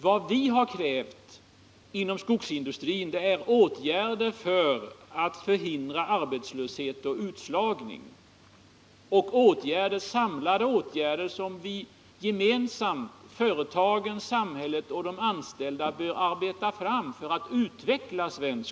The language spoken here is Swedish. Vad vi har krävt är samlade åtgärder för att utveckla svensk skogsindustri och förhindra arbetslöshet och utslagning. åtgärder som företagen, samhället och de anställda gemensamt bör arbeta fram.